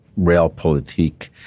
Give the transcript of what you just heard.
realpolitik